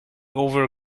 over